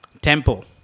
Temple